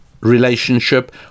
relationship